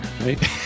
right